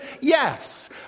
yes